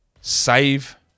Save